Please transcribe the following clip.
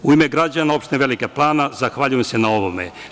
U ime građana opštine Velika Plana, zahvaljujem se na ovome.